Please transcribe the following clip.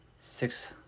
six